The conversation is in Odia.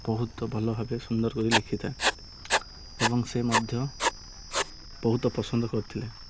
ବହୁତ ଭଲ ଭାବେ ସୁନ୍ଦର କରି ଲେଖିଥାଏ ଏବଂ ସେ ମଧ୍ୟ ବହୁତ ପସନ୍ଦ କରିଥିଲେ